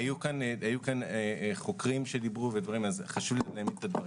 היו כאן חוקרים שדיברו אז חשוב לי להגיד את הדברים.